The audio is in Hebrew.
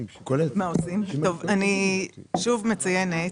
אני שוב מציינת